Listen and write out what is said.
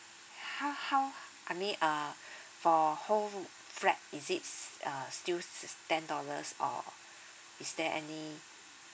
how how I mean uh for whole flat is it uh still ten dollars or is there any